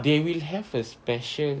they will have a special